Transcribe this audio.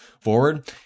forward